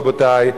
רבותי,